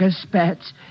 Spats